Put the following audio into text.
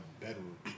bedroom